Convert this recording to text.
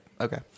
Okay